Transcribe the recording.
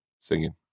singing